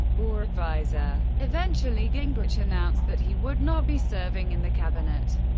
or advisor. eventually, gingrich announced that he would not be serving in the cabinet.